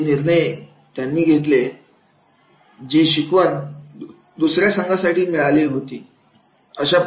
जे निर्णय त्यांनी घेतले ती शिकवण दुसर्या संघासाठीसुद्धा मिळालेली असते